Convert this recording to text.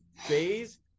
phase